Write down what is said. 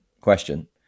question